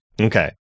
Okay